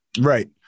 Right